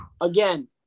Again